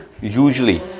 usually